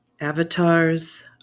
avatars